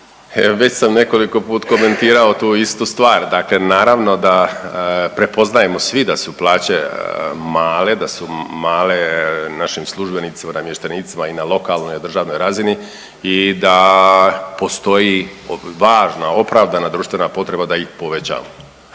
Već sam nekoliko put komentirao tu istu stvar, dakle naravno da prepoznajemo svi da su plaće male, da su male našim službenicima i namještenicima i na lokalnoj i na državnoj razini i da postoji važna, opravdana društvena potreba da ih povećamo.